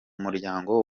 muryango